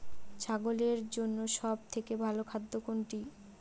ছাগলের জন্য সব থেকে ভালো খাদ্য কোনটি?